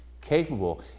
Capable